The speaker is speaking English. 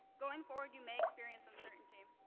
going forward, you may experience uncertainty,